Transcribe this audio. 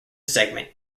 segment